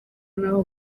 n’aho